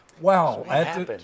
Wow